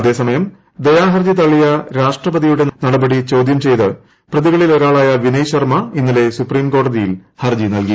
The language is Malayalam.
അതേസമയം ദയാ ഹർജി തള്ളിയ രാഷ്ട്രപതീയുടെ നടപടി ചോദ്യം ചെയ്ത പ്രതികളിൽ ഒരാളായ വിനയ് ശർമ്മി ്ജ്ന്ന്ലെ സുപ്രീംകോടതിയിൽ ഹർജി നൽകി